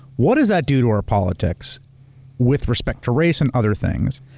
what does that do to our politics with respect to race and other things?